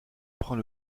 prend